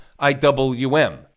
IWM